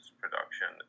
production